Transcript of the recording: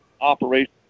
operation